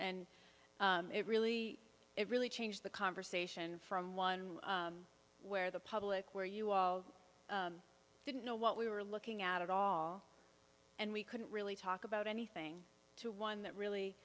and it really it really changed the conversation from one where the public where you all didn't know what we were looking at at all and we couldn't really talk about anything to one that really